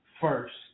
first